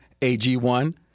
AG1